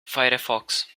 firefox